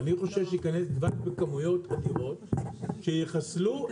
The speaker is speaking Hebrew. אני חושש שייכנס דבש בכמויות אדירות שיחסלו את הפעילות הישראלית.